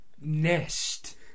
nest